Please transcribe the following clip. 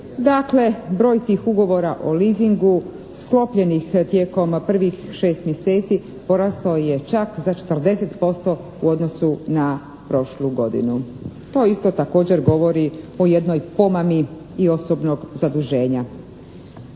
Dakle broj tih ugovora o leasingu sklopljenih tijekom prvih šest mjeseci porastao je čak za 40% u odnosu na prošlu godinu. To isto također govori o jednoj pomami i osobnog zaduženja.